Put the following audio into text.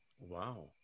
Wow